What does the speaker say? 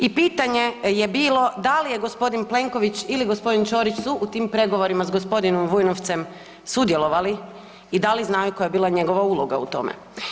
I pitanje je bilo da li je gospodin Plenković ili gospodin Ćorić su u tim pregovorima s gospodinom Vujnovcem sudjelovali i da li znaju koja je bila njegova uloga u tome?